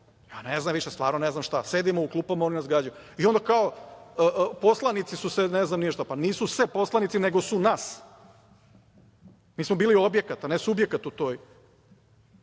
Ne znam stvarno više šta, sedimo u klupama, oni nas gađaju. I, onda kažu, poslanici su ne znam šta, pa nisu se poslanici nego su nas. Mi smo bili objekat, a ne subjekat u toj